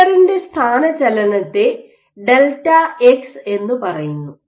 പില്ലറിന്റെ സ്ഥാനചലനത്തെ Δx എന്നുപറയുന്നു